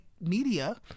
media